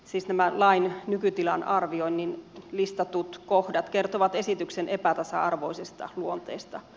kaikki lain nykytilan arvioinnissa listatut kohdat kertovat esityksen epätasa arvoisesta luonteesta